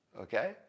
okay